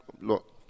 Look